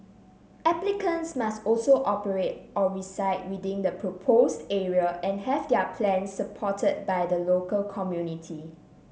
applicants must also operate or reside within the proposed area and have their plans supported by the local community